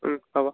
হ'ব